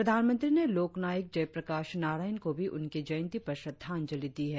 प्रधानमंत्री ने लोकनायक जयप्रकाश नारायण को भी उनकी जयंती पर श्रद्धांजलि दी है